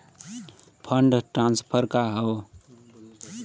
Fund transfer का हव?